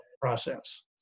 process